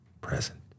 present